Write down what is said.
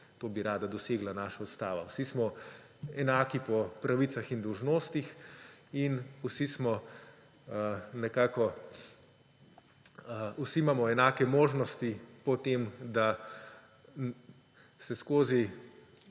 to bi rada dosegla naša ustava, vsi smo enaki po pravicah in dolžnostih in vsi imamo enake možnosti v tem, da se skozi